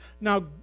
Now